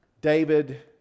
David